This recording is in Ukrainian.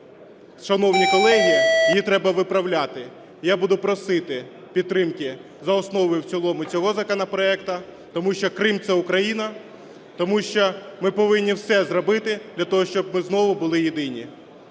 шановні колеги, її треба виправляти. Я буду просити підтримки за основу і в цілому цього законопроекту, тому що Крим – це Україна, тому що ми повинні все зробити для того, щоб ми знову були єдині.